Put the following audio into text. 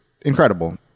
incredible